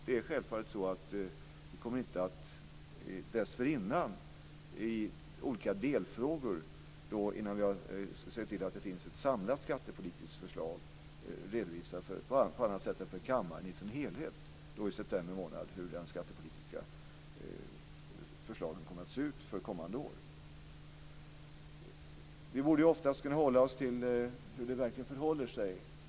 Det är självklart så att vi inte dessförinnan kommer att i olika delfrågor - innan vi har sett till att det finns ett samlat skattepolitiskt förslag - redovisa på annat sätt än för kammaren i dess helhet hur de skattepolitiska förslagen kommer att se ut för kommande år. Vi borde oftast kunna hålla oss till hur det verkligen förhåller sig.